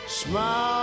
smile